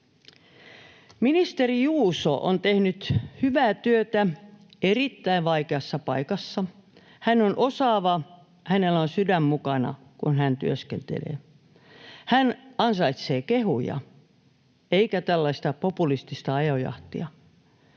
Ministeri Juuso on tehnyt hyvää työtä erittäin vaikeassa paikassa. Hän on osaava. Hänellä on sydän mukana, kun hän työskentelee. Hän ansaitsee kehuja eikä tällaista populistista ajojahtia.